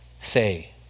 say